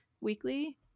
weekly